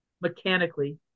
mechanically